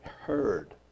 heard